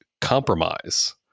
compromise